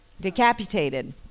decapitated